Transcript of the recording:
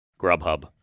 Grubhub